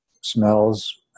smells